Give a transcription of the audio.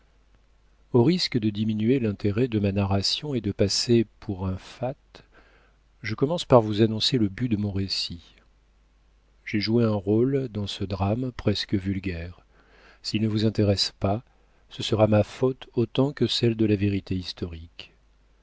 au risque de diminuer l'intérêt de ma narration ou de passer pour un fat je commence par vous annoncer le but de mon récit j'ai joué un rôle dans ce drame presque vulgaire s'il ne vous intéresse pas ce sera ma faute autant que celle de la vérité historique